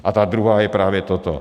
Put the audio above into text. A ta druhá je právě toto.